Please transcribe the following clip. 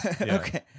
Okay